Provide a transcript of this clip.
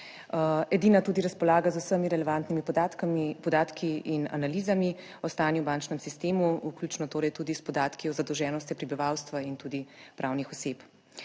edina tudi razpolaga z vsemi relevantnimi podatki in analizami o stanju v bančnem sistemu, vključno torej tudi s podatki o zadolženosti prebivalstva in tudi pravnih oseb.